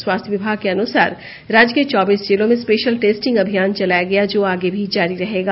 स्वास्थ्य विभाग के अनुसार राज्य के चौबीस जिलों में स्पेशल टेस्टिंग अभियान चलाया गया जो आगे भी जारी रहेगा